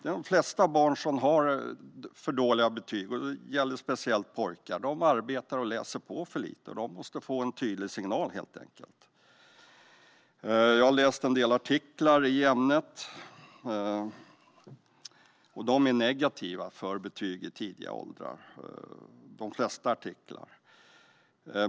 De flesta barn som har för dåliga betyg - och det gäller speciellt pojkar - arbetar och läser på för lite. De måste få en tydlig signal, helt enkelt. Jag har läst en del artiklar i ämnet. De flesta av dem är negativa till betyg i låga åldrar.